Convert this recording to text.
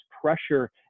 pressure